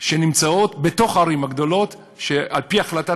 שנמצאות בתוך הערים הגדולות ועל-פי החלטת